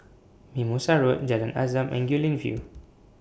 Mimosa Road Jalan Azam and Guilin View